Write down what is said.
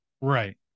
right